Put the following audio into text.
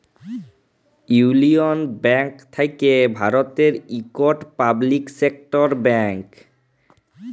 ইউলিয়ল ব্যাংক থ্যাকে ভারতের ইকট পাবলিক সেক্টর ব্যাংক